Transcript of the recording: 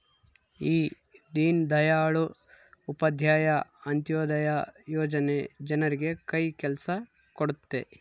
ಈ ದೀನ್ ದಯಾಳ್ ಉಪಾಧ್ಯಾಯ ಅಂತ್ಯೋದಯ ಯೋಜನೆ ಜನರಿಗೆ ಕೈ ಕೆಲ್ಸ ಕೊಡುತ್ತೆ